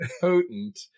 potent